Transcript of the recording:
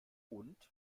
und